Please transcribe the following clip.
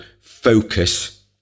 focus